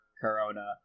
Corona